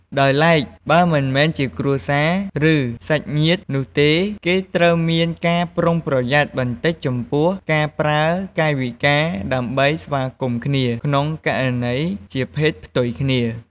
ដោយឡែក បើមិនមែនជាគ្រួសារ ឬ សាច់ញាតិនោះទេ គេត្រូវមានការប្រុងប្រយ័ត្នបន្តិចចំពោះការប្រើកាយវិការ ដើម្បីស្វាគមន៌គ្នា ក្នុងករណីជាភេទផ្ទុយគ្នា។